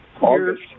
August